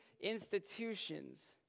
institutions